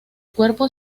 cuerpo